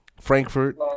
Frankfurt